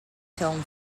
film